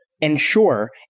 ensure